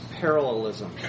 parallelism